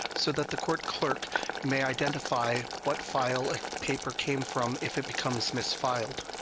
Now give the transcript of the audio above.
so that the court clerk may identify what file a paper came from if it becomes misfiled.